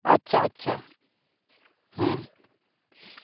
ᱟᱪᱪᱷᱟ ᱟᱪᱪᱷᱟ ᱟᱪᱪᱷᱟ ᱦᱮᱸ